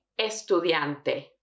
estudiante